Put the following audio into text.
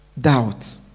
Doubt